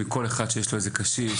מכל אחד שיש לו איזה קשיש